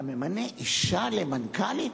אתה ממנה אשה למנכ"לית.